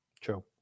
True